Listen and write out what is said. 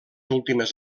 últimes